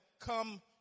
come